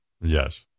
Yes